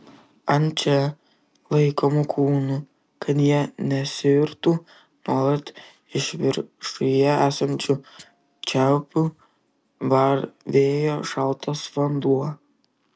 ant čia laikomų kūnų kad jie nesuirtų nuolat iš viršuje esančių čiaupų varvėjo šaltas vanduo